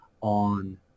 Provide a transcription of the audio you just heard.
on